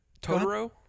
Totoro